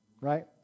Right